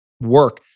work